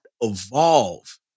evolve